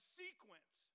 sequence